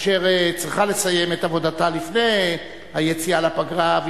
אשר צריכה לסיים את עבודתה לפני היציאה לפגרה,